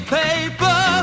paper